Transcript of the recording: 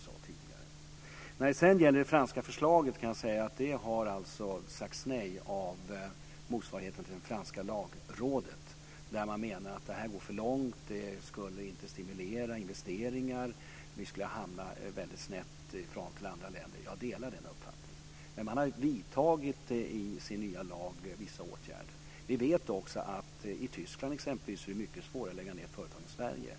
När det gäller det franska förslaget vill jag påpeka att den franska motsvarigheten till Lagrådet har sagt nej till det. Man menade att förslaget gick för långt: Det skulle inte stimulera investeringar och man skulle hamna väldigt snett i förhållande till andra länder. Jag delar den uppfattningen. Men man har vidtagit i sin nya lag vissa åtgärder. Vi vet också att det i Tyskland, exempelvis, är mycket svårare att lägga ned företag än i Sverige.